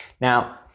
Now